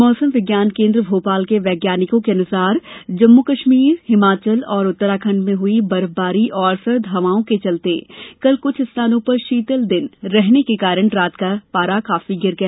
मौसम विज्ञान केन्द्र भोपाल के वैज्ञानिकों के अनुसार जम्मू कश्मीर हिमाचल और उत्तराखंड में हुयी बर्फबारी और सर्द हवाओं के चलते कल कुछ स्थानों पर शीतल दिन रहने के कारण रात का पारा काफी गिर गया